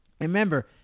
remember